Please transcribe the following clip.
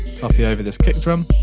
copy over this kick drum.